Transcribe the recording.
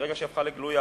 מרגע שהיא הפכה לגלויה,